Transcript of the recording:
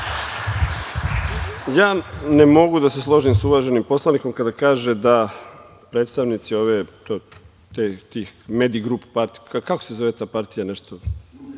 Ne mogu da se složim sa uvaženim poslanikom kada kaže da predstavnici tih medigrup partija, kako se zove ta partija, nešto